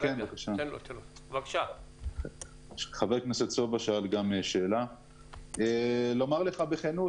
לשאלת חבר הכנסת סובה: לומר לך בכנות,